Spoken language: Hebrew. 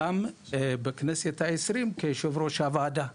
גם בכנסת ה-20 כיושב ראש הוועדה.